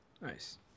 nice